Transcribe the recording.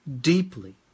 deeply